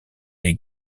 les